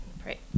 Pray